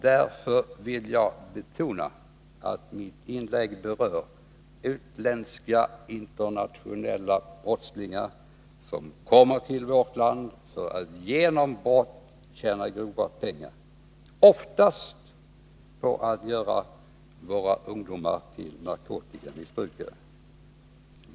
Därför vill jag betona att mitt inlägg berör utländska internationella brottslingar, som kommer till vårt land för att genom brott tjäna grova pengar, oftast genom att göra våra ungdomar till narkotikamissbrukare.